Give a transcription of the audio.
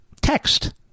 text